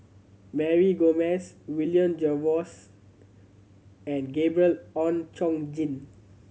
Mary Gomes William Jervois and Gabriel Oon Chong Jin